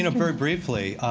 and very briefly,